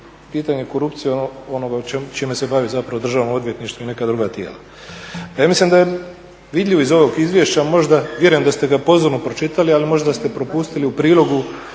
pitanje korupcije onoga čime se bavi Državno odvjetništvo i neka druga tijela. Ja mislim da je vidljivo iz ovog izvješća, vjerujem da ste ga pozorno pročitali ali možda ste propustili u prilogu